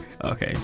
Okay